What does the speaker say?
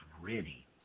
ready